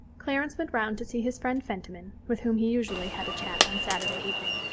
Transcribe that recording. clarence went round to see his friend fentiman, with whom he usually had a chat on saturday evening.